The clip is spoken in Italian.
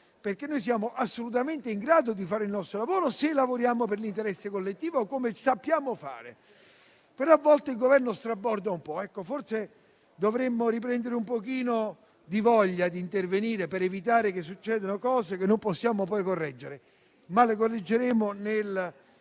noi. Siamo assolutamente in grado di fare il nostro lavoro se lavoriamo per l'interesse collettivo, come sappiamo fare. A volte il Governo straborda un po'; forse dovremmo riprendere un po' la voglia di intervenire per evitare che succedano cose che poi non possiamo correggere. Ma le correggeremo nella